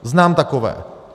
Znám takové.